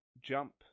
jump